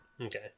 Okay